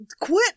Quit